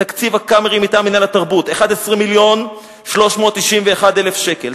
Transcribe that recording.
תקציב "הקאמרי" מטעם מינהל התרבות: 11.391 מיליון שקלים,